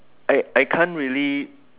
I I can't really